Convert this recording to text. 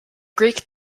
greek